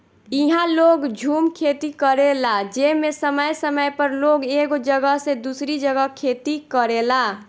इहा लोग झूम खेती करेला जेमे समय समय पर लोग एगो जगह से दूसरी जगह खेती करेला